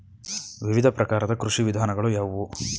ವಿವಿಧ ಪ್ರಕಾರದ ಕೃಷಿ ವಿಧಾನಗಳು ಯಾವುವು?